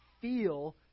feel